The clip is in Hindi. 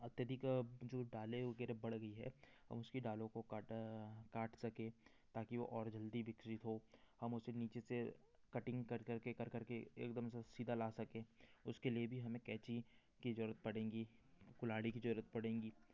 अत्यधिक जो डालें वगैरह बढ़ गईं हैं हम उसकी डालों को काट काट सकें ताकि वो और जल्दी विकसित हों हम उसे नीचे से कटिंग कर कर के कर कर के एकदम से सीधा ला सकें उसके लिए भी हमें कैंची की ज़रूरत पडेगी कुल्हाड़ी की ज़रूरत पडेगी